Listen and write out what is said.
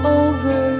over